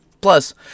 Plus